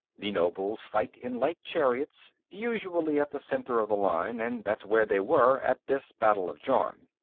the nobles fight in light chariots, usually at the center of the line, and that's where they were at this battle of jorm.